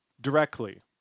directly